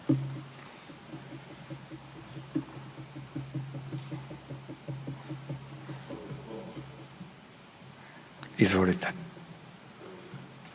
izvolite.